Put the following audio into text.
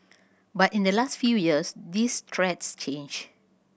but in the last few years these threats changed